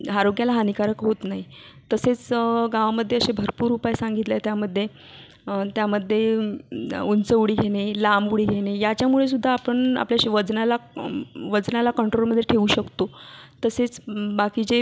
आरोग्याला हानिकारक होत नाही तसेच गावामधे असे भरपूर उपाय सांगितले आहे त्यामधे त्यामधे उंच उडी घेणे लांब उडी घेणे याच्यामुळेसुद्धा आपण आपल्या असे वजनाला वजनाला कंट्रोलमध्ये ठेऊ शकतो तसेच बाकीचे